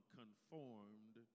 conformed